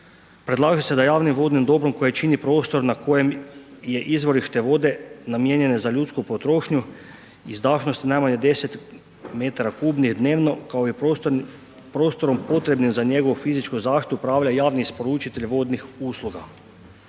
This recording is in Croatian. Predlaže se da javnim vodnim dobrom koje čini prostor na kojem je izvorište vode namijenjene za ljudsku potrošnju izdašnosti najmanje 10 m3 kao i prostorom potrebne za njegovu fizičku zaštitu upravlja javni isporučitelj vodnih usluga.